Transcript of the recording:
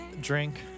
drink